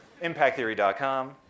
impacttheory.com